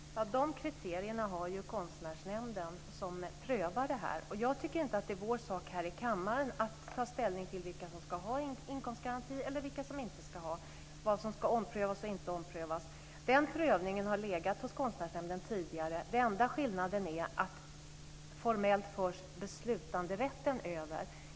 Herr talman! De kriterierna har Konstnärsnämnden, som prövar detta. Jag tycker inte att det är vår sak här i kammaren att ta ställning till vilka som ska ha inkomstgaranti eller vilka som inte ska ha det, vad som ska omprövas och inte omprövas. Den prövningen har legat hos Konstnärsnämnden tidigare. Enda skillnaden är att beslutanderätten nu formellt förs över.